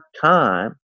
time